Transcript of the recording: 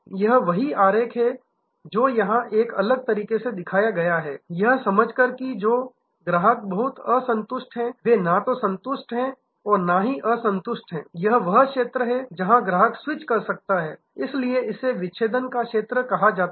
यह वही आरेख है जो यहां एक अलग तरीके से दिखाया गया है यह समझकर कि जो ग्राहक बहुत असंतुष्ट हैं वे ना तो संतुष्ट हैं और न ही असंतुष्ट हैं यह वह क्षेत्र है जहां ग्राहक स्विच कर सकता है इसलिए इसे विच्छेदन का क्षेत्र कहा जाता है